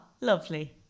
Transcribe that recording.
lovely